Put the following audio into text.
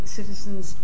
citizens